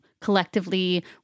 collectively